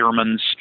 Germans